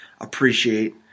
appreciate